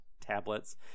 tablets